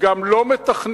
גם לא מתכננים.